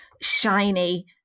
shiny